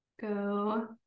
go